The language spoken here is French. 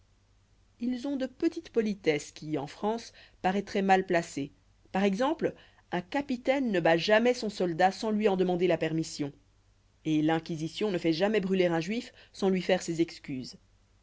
ils ont de petites politesses qui en france paroîtroient mal placées par exemple un capitaine ne bat jamais son soldat sans lui en demander la permission et l'inquisition ne fait jamais brûler un juif sans lui faire ses excuses